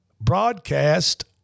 broadcast